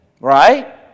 right